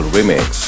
Remix